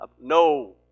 no